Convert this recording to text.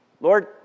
Lord